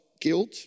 guilt